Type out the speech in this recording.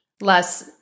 less